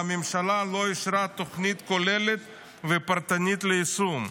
והממשלה לא אישרה תוכנית כוללת ופרטנית ליישום.